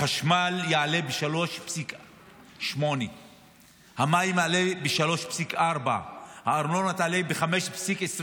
החשמל יעלה ב-3.8%; המים יעלו ב-3.4%; הארנונה תעלה ב-5.29%,